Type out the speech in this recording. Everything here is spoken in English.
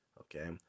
Okay